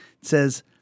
says